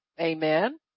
amen